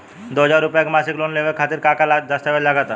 दो हज़ार रुपया के मासिक लोन लेवे खातिर का का दस्तावेजऽ लग त?